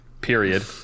Period